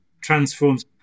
transforms